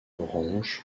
orange